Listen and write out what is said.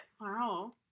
Wow